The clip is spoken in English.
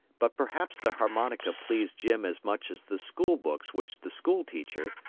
but perhaps the harmonica pleased jim as much as the schoolbooks which the school-teacher,